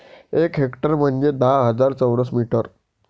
एक हेक्टर म्हंजे दहा हजार चौरस मीटर